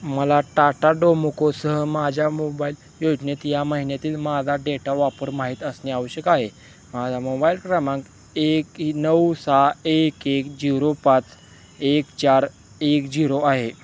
मला टाटा डोमोकोसह माझ्या मोबाईल योजनेत या महिन्यातील माझा डेटा वापर माहीत असणे आवश्यक आहे माझा मोबाईल क्रमांक एक इ नऊ सहा एक एक झिरो पाच एक चार एक झिरो आहे